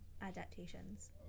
adaptations